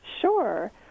Sure